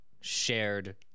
shared